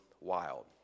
wild